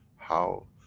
how.